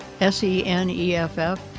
S-E-N-E-F-F